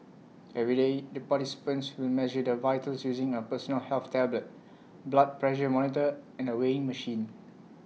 every day the participants will measure their vitals using A personal health tablet blood pressure monitor and A weighing machine